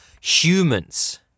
humans